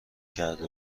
کرده